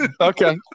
Okay